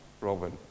Robin